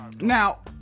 Now